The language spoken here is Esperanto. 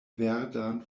verdan